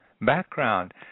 background